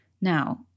Now